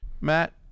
Matt